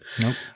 Nope